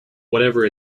whatever